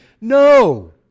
No